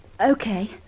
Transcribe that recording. Okay